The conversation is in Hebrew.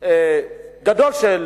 גדול של